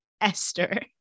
Esther